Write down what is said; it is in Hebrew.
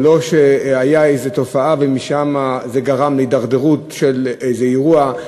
לא שהייתה איזו תופעה וזה גרם להתדרדרות של איזה אירוע.